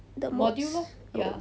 the mods oh